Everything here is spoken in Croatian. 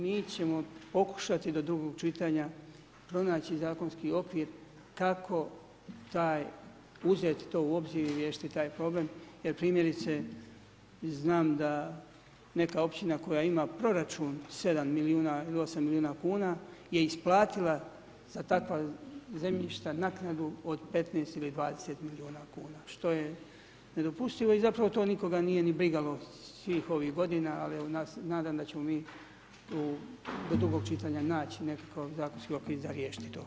Mi ćemo pokušati do drugog čitanja pronaći zakonski okvir kako uzeti to obzir i riješiti taj problem jer primjerice znam da neka općina koja ima proračun 7 milijuna ili 8 milijuna kuna je isplatila za takva zemljišta naknadu od 15 ili 20 milijuna kuna što je nedopustivo i zapravo to nikoga nije ni brigalo svih ovih godina ali ja se nadam da ćemo mi do drugog čitanja naći nekakav zakonski okvir za riješiti to.